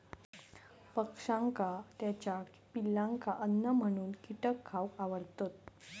पक्ष्यांका त्याच्या पिलांका अन्न म्हणून कीटक खावक आवडतत